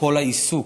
כל העיסוק,